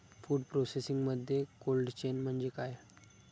Food प्रोसेसिंगमध्ये cold chain म्हणजे काय?